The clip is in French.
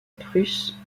prusse